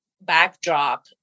backdrop